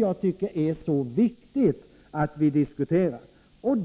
Jag tycker det är viktigt att vi diskuterar detta.